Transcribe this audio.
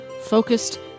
focused